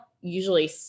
usually